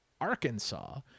Arkansas